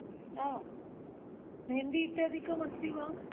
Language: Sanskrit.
न मेन्दी इत्यादिकम् अस्ति वा